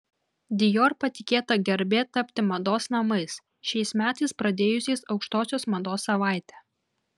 dior patikėta garbė tapti mados namais šiais metais pradėjusiais aukštosios mados savaitę